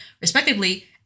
respectively